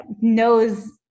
knows